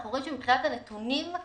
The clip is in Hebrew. אנחנו רואים שמבחינת הנתונים,